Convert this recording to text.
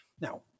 Now